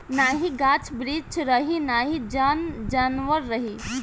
नाही गाछ बिरिछ रही नाही जन जानवर रही